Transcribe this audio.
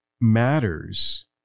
matters